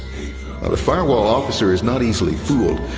the firewall officer is not easily fooled,